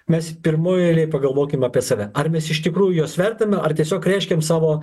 mes pirmoj eilėj pagalvokim apie save ar mes iš tikrųjų juos vertina ar tiesiog reiškiam savo